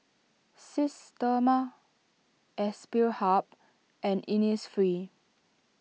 Systema Aspire Hub and Innisfree